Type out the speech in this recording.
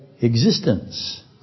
existence